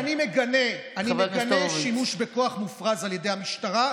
אני מגנה שימוש בכוח מופרז על ידי המשטרה.